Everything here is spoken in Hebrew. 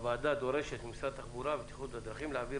הוועדה דורשת ממשרד התחבורה והבטיחות בדרכים להעביר